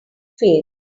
failed